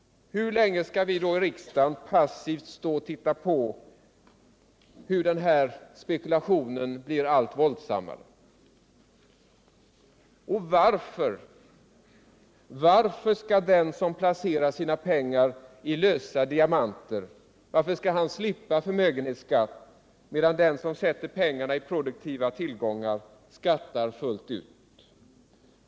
Hur länge skall vi då i den svenska riksdagen passivt stå och titta på hur den här spekulationen blir allt våldsammare? Och varför skall den som placerar sina pengar i lösa diamanter slippa förmögenhetsskatt, medan den som sätter pengarna i produktiva tillgångar skattar fullt ut?